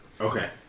Okay